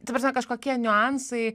ta prasme kažkokie niuansai